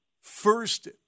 first